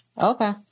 Okay